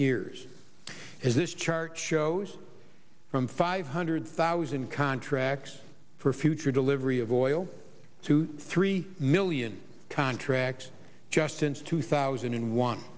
years as this chart shows from five hundred thousand contracts for future delivery of oil to three million contracts just since two thousand and one